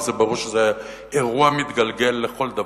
ברור שזה היה אירוע מתגלגל לכל דבר.